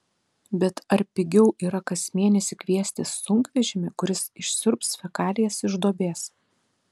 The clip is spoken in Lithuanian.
bet ar pigiau yra kas mėnesį kviestis sunkvežimį kuris išsiurbs fekalijas iš duobės